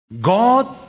God